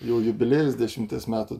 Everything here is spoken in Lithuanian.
jau jubiliejus dešimties metų